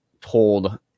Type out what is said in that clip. told